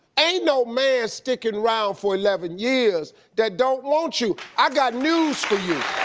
ain't no man sticking round for eleven years that don't want you. i got news for you.